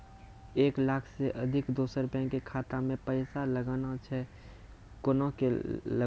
एक लाख से अधिक दोसर बैंक के खाता मे पैसा लगाना छै कोना के लगाए?